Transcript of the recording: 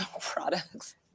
products